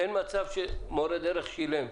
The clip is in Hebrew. אין מצב שמורה דרך שילם?